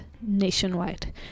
nationwide